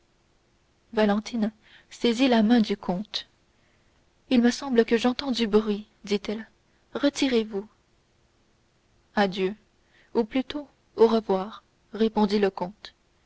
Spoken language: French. valentine saisit la main du comte il me semble que j'entends du bruit dit-elle retirez-vous adieu ou plutôt au revoir répondit le comte